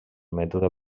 mètode